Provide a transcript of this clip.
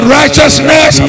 righteousness